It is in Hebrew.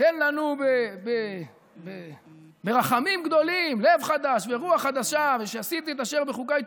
תן לנו ברחמים גדולים לב חדש ורוח חדשה ו"שעשיתי את אשר בחקי תלכו",